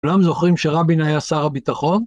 כולם זוכרים שרבין היה שר הביטחון?